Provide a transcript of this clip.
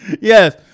Yes